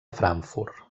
frankfurt